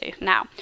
now